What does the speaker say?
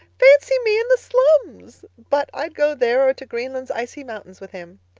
fancy me in the slums! but i'd go there or to greenland's icy mountains with him.